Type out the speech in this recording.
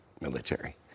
military